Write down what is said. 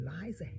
lies